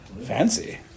Fancy